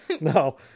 No